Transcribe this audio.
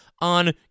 on